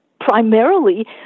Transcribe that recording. primarily